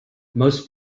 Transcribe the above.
most